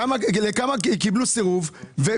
כמה קיבלו סירוב.